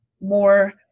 more